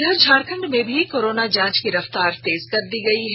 इधर झारखण्ड में भी कोरोना जांच की रफ्तार तेज कर दी गई है